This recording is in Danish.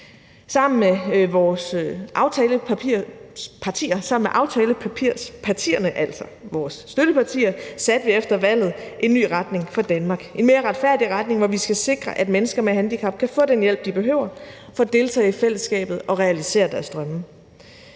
altså vores støttepartier, satte vi efter valget en ny retning for Danmark; en mere retfærdig retning, hvor vi skal sikre, at mennesker med handicap kan få den hjælp, de behøver for at deltage i fællesskabet og realisere deres drømme.